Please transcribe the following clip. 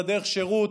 אלא דרך שירות,